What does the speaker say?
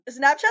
Snapchat